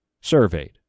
surveyed